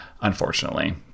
unfortunately